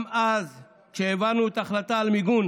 גם אז, כשהעברנו את ההחלטה על מיגון